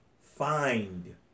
Find